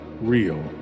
real